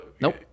nope